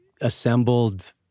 assembled